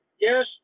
Yes